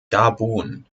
gabun